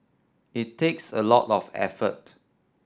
it takes a lot of effort